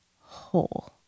whole